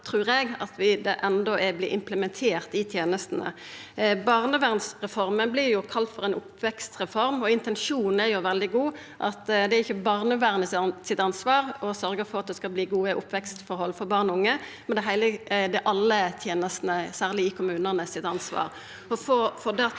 er ei stund til det vert implementert i tenestene. Barnevernsreforma vert kalla for ei oppvekstreform, og intensjonen er veldig god. Det er ikkje barnevernet sitt ansvar å sørgja for at det skal verta gode oppvekstforhold for barn og unge. Det er alle tenestene, særleg i kommunane, sitt ansvar.